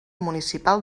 municipal